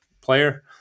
player